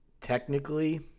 Technically